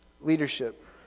leadership